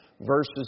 verses